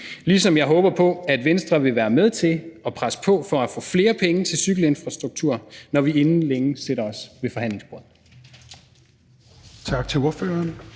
ligesom jeg håber på, at Venstre vil være med til at presse på for at få flere penge til cykelinfrastruktur, når vi inden længe sætter os ved forhandlingsbordet. Kl. 16:26 Tredje